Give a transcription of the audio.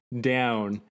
down